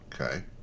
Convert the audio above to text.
Okay